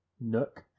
nook